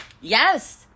Yes